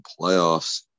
playoffs